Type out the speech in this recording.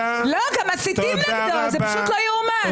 לא, גם מסיתים נגדו, זה פשוט לא יאומן.